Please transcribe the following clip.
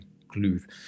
include